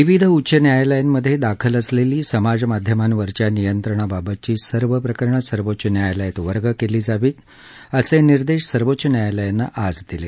विविध उच्च न्यायालयांमधे दाखल असलेली समाज माध्यमांवरच्या नियंत्रणाबाबतची सर्व प्रकरण सर्वोच्च न्यायालयात वर्ग केली जावीत असे निर्देश सर्वोच्च न्यायालयानं आज दिले